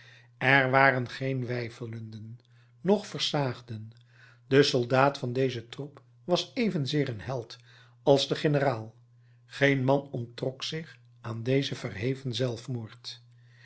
er waren geen weifelenden noch versaagden de soldaat van dezen troep was evenzeer een held als de generaal geen man onttrok zich aan dezen verheven zelfmoord